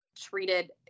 treated